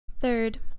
Third